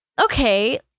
okay